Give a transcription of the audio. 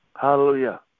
hallelujah